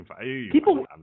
People –